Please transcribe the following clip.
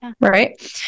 right